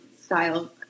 style